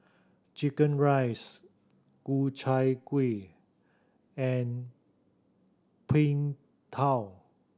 chicken rice Ku Chai Kuih and Png Tao